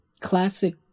classic